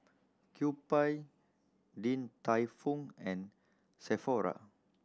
Kewpie Din Tai Fung and Sephora